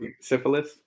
Syphilis